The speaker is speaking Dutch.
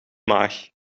maag